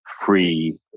free